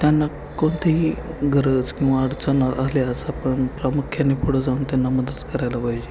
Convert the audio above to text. त्यांना कोणतेही गरज किंवा अडचण आले असं पण प्रामुख्याने पुढं जाऊन त्यांना मदत करायला पाहिजे